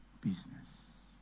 business